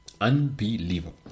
Unbelievable